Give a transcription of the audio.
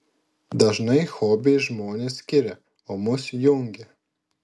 dažnai hobiai žmones skiria o mus jungia